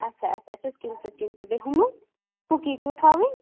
اَچھا اَچھا fifteen fifteen تہٕ بیٚیہِ ہُمہٕ کُکیٖز چھِوٕ تھاوٕنۍ